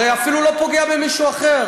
הרי זה אפילו לא פוגע במישהו אחר.